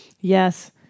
Yes